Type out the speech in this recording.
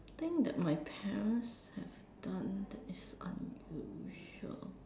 something that my parents have done that is unusual